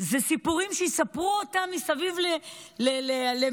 זה סיפורים שיספרו אותם מסביב למדורות,